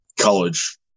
college